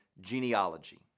genealogy